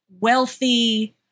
wealthy